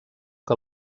que